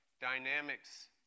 dynamics